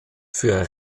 für